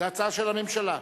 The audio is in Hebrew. זאת הצעה של הממשלה.